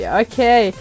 okay